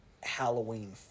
Halloween